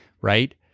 right